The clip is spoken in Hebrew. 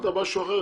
אמרת משהו אחר.